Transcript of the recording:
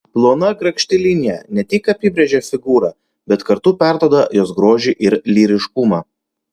plona grakšti linija ne tik apibrėžia figūrą bet kartu perduoda jos grožį ir lyriškumą